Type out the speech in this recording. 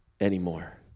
anymore